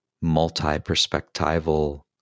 multi-perspectival